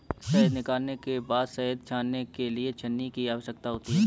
शहद निकालने के बाद शहद छानने के लिए छलनी की आवश्यकता होती है